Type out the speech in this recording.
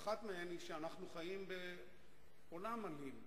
ואחת מהן היא שאנחנו חיים בעולם אלים.